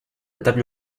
table